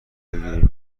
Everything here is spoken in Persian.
بگیریم